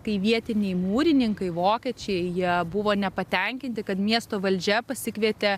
kai vietiniai mūrininkai vokiečiai jie buvo nepatenkinti kad miesto valdžia pasikvietė